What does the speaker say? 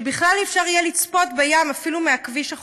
ובכלל לא יהיה אפשר לצפות בים אפילו מכביש החוף.